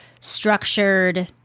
structured